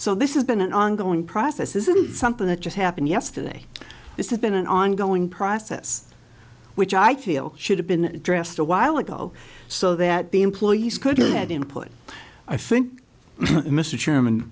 so this is been an ongoing process isn't something that just happened yesterday this is been an ongoing process which i feel should have been addressed a while ago so that the employees could have had input i think mr